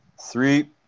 Three